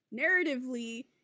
Narratively